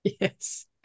Yes